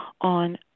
on